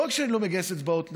לא רק שאני לא מגייס אצבעות נגד,